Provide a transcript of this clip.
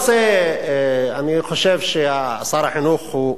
אני חושב ששר החינוך הוא,